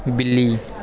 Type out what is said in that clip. ਬਿੱਲੀ